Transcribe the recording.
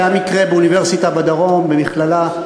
היה מקרה באוניברסיטה בדרום, במכללה,